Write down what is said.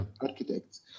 architects